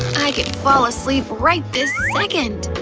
i could fall asleep right this second!